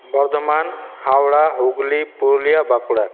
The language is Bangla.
বর্ধমান হাওড়া হুগলি পুরুলিয়া বাঁকুড়া